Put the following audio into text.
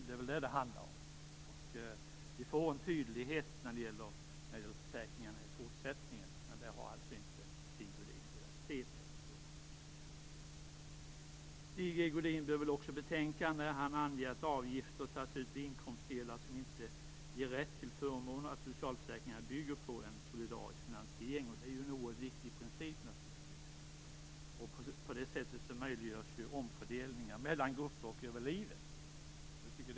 Det är väl det som det handlar om. Vi får en tydlighet när det gäller försäkringarna i fortsättningen. Det har alltså inte Sigge Godin velat se. Sigge Godin bör, när han anger att avgifter tas ut på inkomstdelar som inte ger rätt till förmåner, betänka att socialförsäkringarna bygger på en solidarisk finansiering. Det är naturligtvis en oerhört viktigt princip. På det sättet möjliggörs ju omfördelningar mellan grupper och olika perioder i livet.